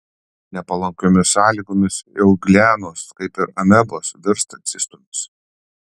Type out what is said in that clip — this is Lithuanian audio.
nepalankiomis sąlygomis euglenos kaip ir amebos virsta cistomis